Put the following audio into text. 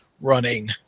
running